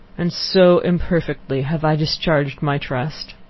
and so imperfectly have i discharged my trust!